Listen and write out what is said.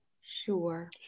Sure